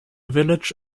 village